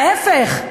להפך,